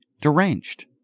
deranged